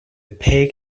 pig